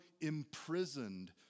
imprisoned